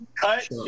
Cut